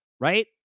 Right